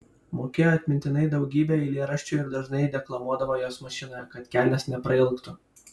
mokėjo atmintinai daugybę eilėraščių ir dažnai deklamuodavo juos mašinoje kad kelias neprailgtų